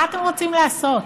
מה אתם רוצים לעשות?